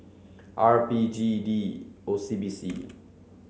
R B G D O C B C